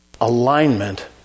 alignment